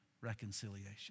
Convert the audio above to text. reconciliation